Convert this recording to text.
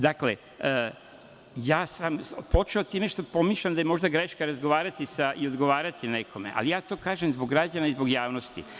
Dakle, ja sam počeo time što pomišljam da je možda greška razgovarati i odgovarati nekome, ali ja to kažem zbog građana i zbog javnosti.